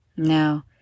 Now